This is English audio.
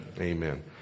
amen